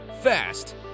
fast